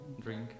Drink